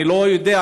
אני לא יודע,